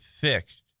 fixed